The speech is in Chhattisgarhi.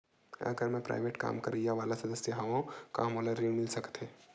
अगर मैं प्राइवेट काम करइया वाला सदस्य हावव का मोला ऋण मिल सकथे?